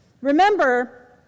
Remember